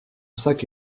sac